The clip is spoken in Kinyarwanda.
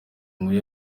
nkuye